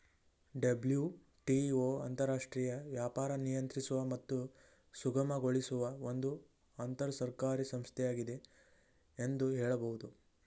WTO ಅಂತರರಾಷ್ಟ್ರೀಯ ವ್ಯಾಪಾರ ನಿಯಂತ್ರಿಸುವ ಮತ್ತು ಸುಗಮಗೊಳಿಸುವ ಒಂದು ಅಂತರಸರ್ಕಾರಿ ಸಂಸ್ಥೆಯಾಗಿದೆ ಎಂದು ಹೇಳಬಹುದು